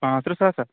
پانٛژھ تٕرٛہ ساس ہا